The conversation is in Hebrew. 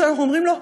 שאנחנו אומרים לו: